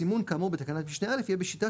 סימון כאמור בתקנת משנה (א) יהיה בשיטה